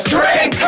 Drink